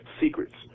secrets